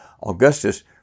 Augustus